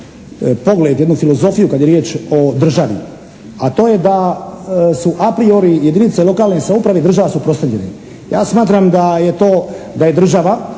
pogled, jednu filozofiju kad je riječ o državi, a to je da su apriori jedinice lokalne samouprave i država suprotstavljeni. Ja smatram da je to, da je država